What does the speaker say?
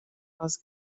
els